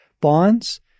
bonds